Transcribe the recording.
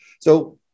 so-